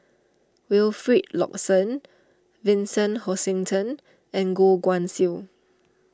Wilfed Lawson Vincent Hoisington and Goh Guan Siew